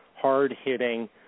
hard-hitting